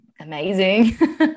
amazing